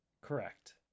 correct